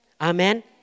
Amen